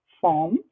form